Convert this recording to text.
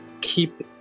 keep